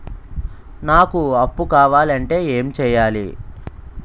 నాకు అప్పు కావాలి అంటే ఎం చేయాలి?